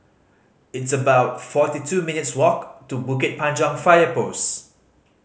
it's about forty two minutes' walk to Bukit Panjang Fire Post